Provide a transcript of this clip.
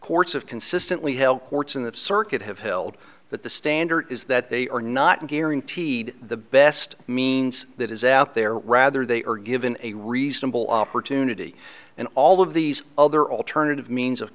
courts have consistently held courts in that circuit have held that the standard is that they are not guaranteed the best means that is out there rather they are given a reasonable opportunity and all of these other alternative means of